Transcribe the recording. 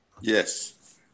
Yes